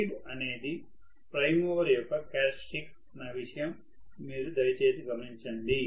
speed అనేదిప్రైమ్మూవర్ యొక్క characteristic అన్న విషయం మీరు దయచేసి గమనించండి